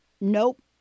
Nope